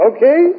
Okay